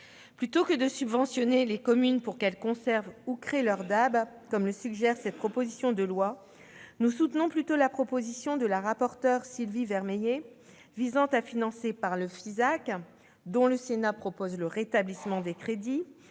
Plutôt que de subventionner les communes pour qu'elles conservent ou créent leurs DAB, comme le suggèrent les auteurs de cette proposition de loi, nous soutenons la proposition de la rapporteur Sylvie Vermeillet visant à financer par le FISAC, dont le Sénat propose le rétablissement des crédits,